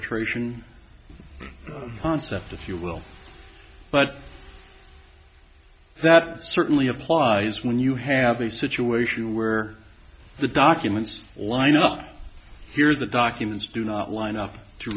concept if you will but that certainly applies when you have a situation where the documents or line up here the documents do not line up to